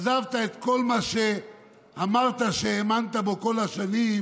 עזבת את כל מה שאמרת שהאמנת בו כל השנים,